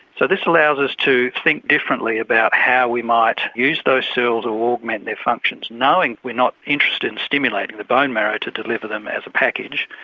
so this allows us to think differently about how we might use those cells or augment their functions knowing we're not interested in stimulating the bone marrow to deliver them as a package,